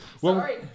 Sorry